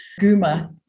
Guma